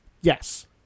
Yes